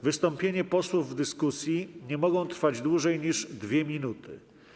Wystąpienia posłów w dyskusji nie mogą trwać dłużej niż 2 minuty.